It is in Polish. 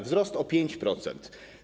Wzrost o 5%.